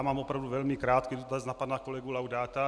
Mám opravdu velmi krátký dotaz na pana kolegu Laudáta.